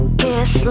kiss